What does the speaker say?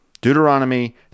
Deuteronomy